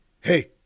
Hey